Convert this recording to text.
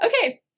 okay